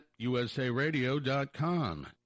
usaradio.com